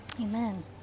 Amen